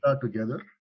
together